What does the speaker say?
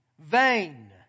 vain